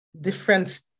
different